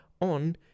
on